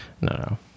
no